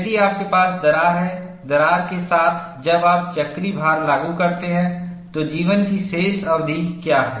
यदि आपके पास दरार है दरार के साथ जब आप चक्रीय भार लागू करते हैं तो जीवन की शेष अवधि क्या है